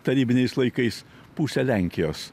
tarybiniais laikais pusę lenkijos